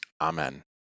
Amen